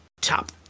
top